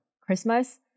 Christmas